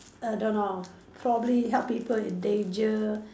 I don't know probably help people in danger